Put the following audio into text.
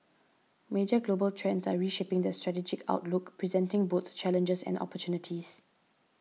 major global trends are reshaping the strategic outlook presenting both challenges and opportunities